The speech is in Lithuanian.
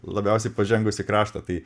labiausiai pažengusį kraštą tai